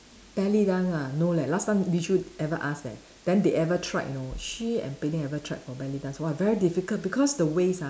belly dance ah no leh last time Li Choo ever ask leh then they ever tried you know she and Pei Ling ever tried for belly dance !wah! very difficult because the waist ah